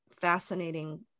fascinating